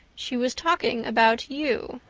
she was talking about you.